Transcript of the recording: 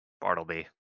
Bartleby